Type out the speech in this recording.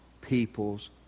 people's